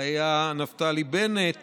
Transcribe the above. נפתלי בנט